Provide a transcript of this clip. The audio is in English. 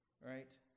right